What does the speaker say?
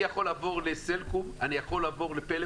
ואני יכול לעבור לסלקום או לפלאפון.